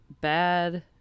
bad